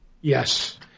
Yes